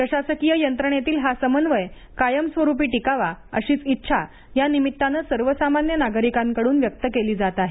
प्रशासकीय यंत्रणेतील हा समन्वय कायमस्वरूपी टिकावा अशीच इच्छा या निमित्तानं सर्वसामान्य नागरिकांकडून व्यक्त केली जात आहे